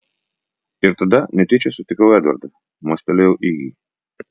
ir tada netyčia sutikau edvardą mostelėjau į jį